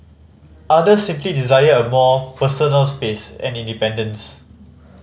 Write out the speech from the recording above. others simply desire more personal space and independence